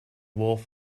wolf